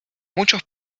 muchos